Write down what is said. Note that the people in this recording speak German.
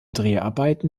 dreharbeiten